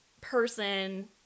person